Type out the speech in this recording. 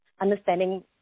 understanding